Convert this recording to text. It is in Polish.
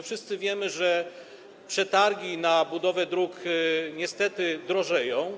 Wszyscy wiemy, że przetargi na budowę dróg niestety drożeją.